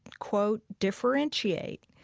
quote differentiate,